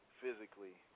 physically